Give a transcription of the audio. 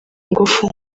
ngufu